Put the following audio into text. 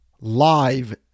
live